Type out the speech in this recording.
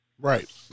Right